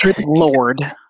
Lord